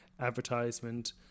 Advertisement